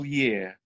year